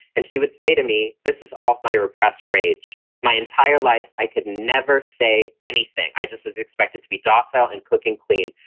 and she would say to me, me, this is all my repressed rage. my entire life, i could never say anything. i just was expected to be docile and cook and clean.